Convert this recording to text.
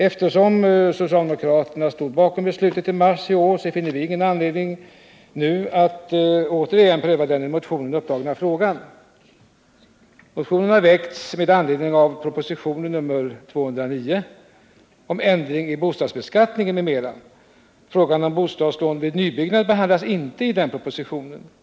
Eftersom socialdemokraterna stod bakom beslutet i mars i år, finner vi nu ingen anledning att återigen pröva den i motionen upptagna frågan. Motionen har väckts med anledning av propositionen 1978/79:209 om ändring i bostadsbeskattningen, m.m. Frågan om bostadslån vid nybyggnad behandlas emellertid inte i denna proposition.